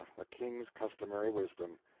a king's customary wisdom!